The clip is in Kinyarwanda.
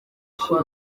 kuwa